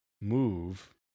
move